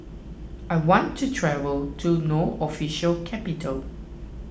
I want to travel to No Official Capital